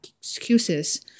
excuses